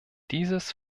dieses